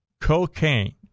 cocaine